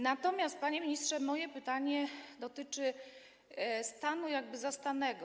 Natomiast, panie ministrze, moje pytanie dotyczy stanu zastanego.